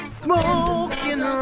smoking